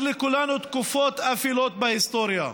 לכולנו תקופות אפלות בהיסטוריה.